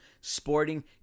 Sporting